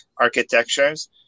architectures